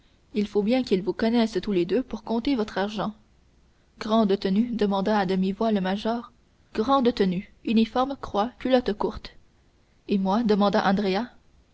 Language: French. il faut bien qu'il vous connaisse tous les deux pour vous compter votre argent grande tenue demanda à demi-voix le major grande tenue uniforme croix culotte courte et moi demanda andrea